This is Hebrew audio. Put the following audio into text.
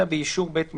אלא באישור בית המשפט."